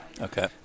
Okay